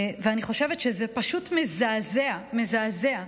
אני חושבת שזה פשוט מזעזע, מזעזע,